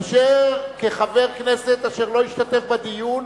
אשר כחבר כנסת אשר לא השתתף בדיון,